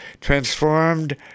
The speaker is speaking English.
transformed